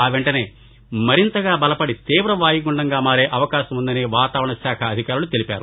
ఆ వెంటనే మరింతగా బలపడి తీవ వాయుగుండంగా మారే అవకాశం ఉందని వాతావరణ శాఖ అధికారులు తెలిపారు